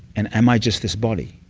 and am i just this body?